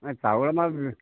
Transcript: ନାଇଁ ଚାଉଳ ଆମର